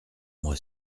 moi